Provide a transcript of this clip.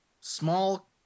small